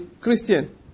Christian